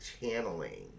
channeling